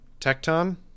Tecton